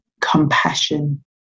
compassion